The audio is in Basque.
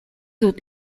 dut